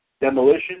Demolition